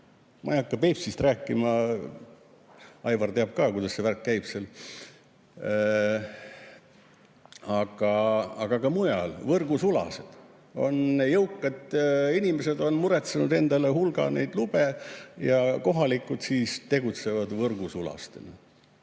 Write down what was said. Ma ei hakka Peipsist rääkima. Aivar teab ka, kuidas see värk seal käib. Aga ka mujal. Võrgusulased. Jõukad inimesed on muretsenud endale hulga lube ja kohalikud siis tegutsevad võrgusulastena.